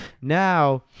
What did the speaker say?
Now